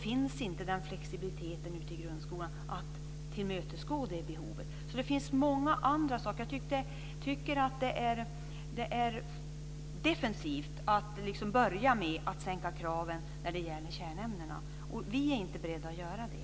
Men flexibiliteten att tillmötesgå det behovet finns inte ute i grundskolan. Det finns många andra saker. Jag tycker att det är defensivt att börja med att sänka kraven när det gäller kärnämnena. Vi är inte beredda att göra det.